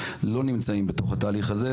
אבל הצדדים לא נמצאים בתוך תהליך של הידברות,